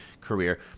career